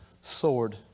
sword